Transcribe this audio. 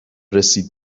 رسید